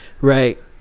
right